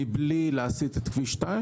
מבלי להסיט את כביש 2?